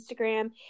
instagram